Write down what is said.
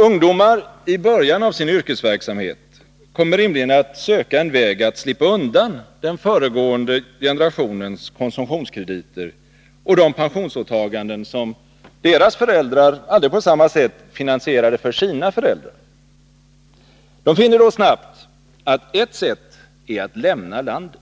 Ungdomar i början av sin yrkesverksamhet kommer rimligen att söka en väg att slippa undan den föregående generationens konsumtionskrediter och de pensionsåtaganden som deras föräldrar aldrig på samma sätt finansierade för sina föräldrar. De finner då snabbt att ett sätt är att lämna landet.